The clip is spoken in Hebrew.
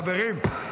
חברים,